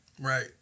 Right